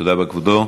תודה רבה, כבודו.